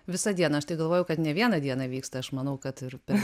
visą dieną aš tai galvojau kad ne vieną dieną vyksta aš manau kad ir per